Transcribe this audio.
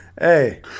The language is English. Hey